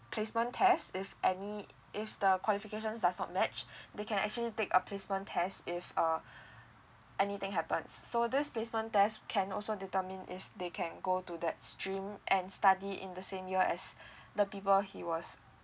placement test if any if the qualifications does not much they can actually take a placement test if uh anything happens so this placement test can also determine if they can go to that stream and study in the same year as the people he was